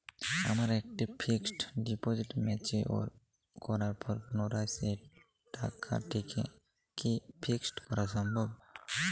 আমার একটি fixed deposit mature করার পর পুনরায় সেই টাকাটিকে কি ফিক্সড করা সম্ভব?